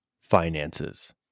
finances